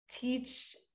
teach